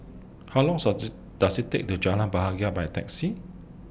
How Long Does IT Take to Jalan Bahagia By Taxi